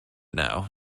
now